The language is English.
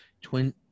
twin –